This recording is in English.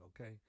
okay